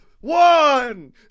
one